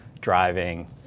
driving